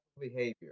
behavior